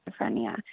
schizophrenia